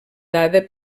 dada